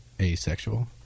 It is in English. asexual